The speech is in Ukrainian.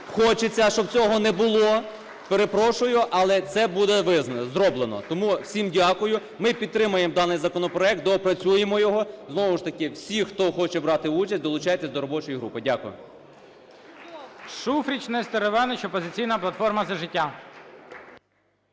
хочеться, щоб цього не було. Перепрошую, але це буде зроблено. Тому всім дякую. Ми підтримуємо даний законопроект. Доопрацюємо його. Знову ж таки, всі, хто хоче брати участь, долучайтесь до робочої групи. Дякую.